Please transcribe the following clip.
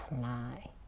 lie